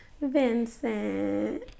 Vincent